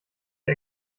der